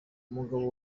umugabo